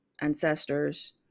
ancestors